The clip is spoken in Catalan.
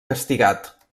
castigat